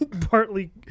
partly